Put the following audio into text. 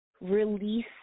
release